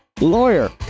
lawyer